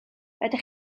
ydych